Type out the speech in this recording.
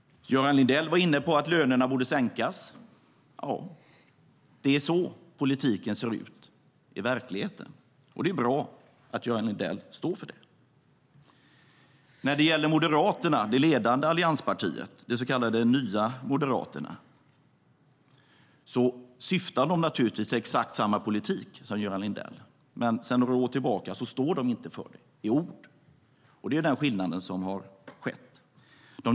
Göran Lindell var inne på att lönerna borde sänkas. Ja - det är så politiken ser ut i verkligheten. Det är bra att Göran Lindell står för det. När det gäller Moderaterna, det ledande allianspartiet, de så kallade Nya moderaterna, syftar de naturligtvis till exakt samma politik som Göran Lindell. Men sedan några år tillbaka står de inte för den i ord. Det är skillnaden.